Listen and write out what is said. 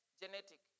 genetic